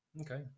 okay